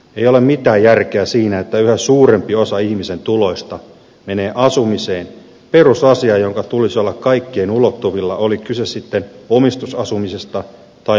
ei ole mitään järkeä siinä että yhä suurempi osa ihmisen tuloista menee asumiseen perusasiaan jonka tulisi olla kaikkien ulottuvilla oli kyse sitten omistusasumisesta tai vuokra asumisesta